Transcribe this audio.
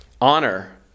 honor